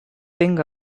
thing